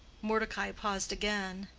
mordecai paused again,